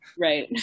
right